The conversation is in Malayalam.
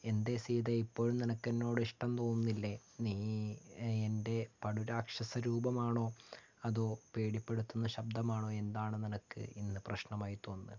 എൻ്റെ സീതേ ഇപ്പോഴ് നിനക്കെന്നോട് ഇഷ്ട്ടം തോന്നുന്നില്ലേ നീ എൻ്റെ പടുരാക്ഷസരൂപമാണോ അതോ പേടിപ്പെടുത്തുന്ന ശബ്ദമാണോ എന്താണ് നിനക്ക് ഇന്ന് പ്രശ്നമായി തോന്നുന്നത്